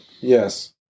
Yes